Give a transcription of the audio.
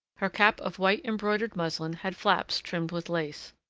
her cap of white embroidered muslin had flaps trimmed with lace.